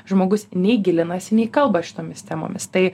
žmogus nei gilinasi nei kalba šitomis temomis tai